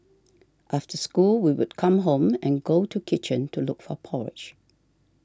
after school we would come home and go to kitchen to look for porridge